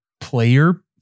player